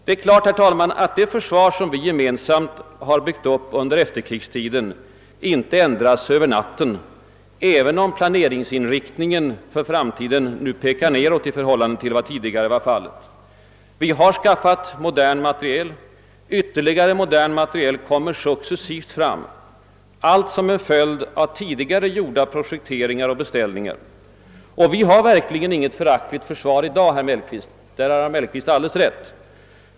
Det är klart, herr talman, att det försvar som vi gemensamt har byggt upp under efterkrigstiden inte ändras över natten även om planeringsinriktningen för framtiden nu pekar nedåt i förhållande till vad som tidigare var fallet. Vi har skaffat modern materiel, ytterligare modern materiel kommer successivt fram, allt som en följd av tidigare gjorda projekteringar och beställningar, och vi har verkligen inget föraktligt försvar i dag — där har herr Mellqvist alldeles rätt.